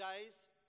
days